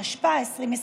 התשפ"א 2021,